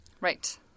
Right